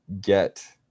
get